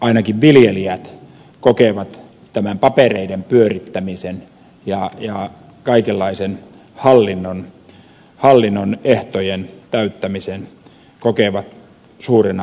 ainakin viljelijät kokevat tämän papereiden pyörittämisen ja kaikenlaisen hallinnon ehtojen täyttämisen suurena rasituksena